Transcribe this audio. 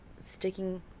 sticking